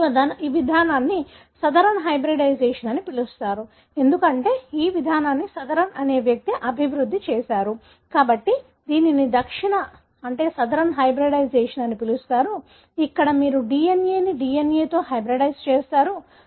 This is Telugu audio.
కాబట్టి ఈ విధానాన్ని సదరన్ హైబ్రిడైజేషన్ అని పిలుస్తారు ఎందుకంటే ఈ విధానాన్ని సదరన్ అనే వ్యక్తి అభివృద్ధి చేసారు కాబట్టి దీనిని దక్షిణ సదరన్ హైబ్రిడైజేషన్ అని పిలుస్తారు ఇక్కడ మీరు DNA ని DNA తో హైబ్రిడైజ్ చేస్తారు